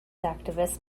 activists